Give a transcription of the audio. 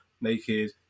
naked